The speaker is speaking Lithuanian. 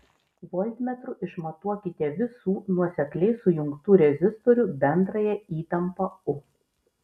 voltmetru išmatuokite visų nuosekliai sujungtų rezistorių bendrąją įtampą u